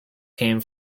came